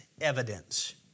evidence